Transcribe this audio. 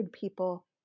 people